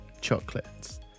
chocolates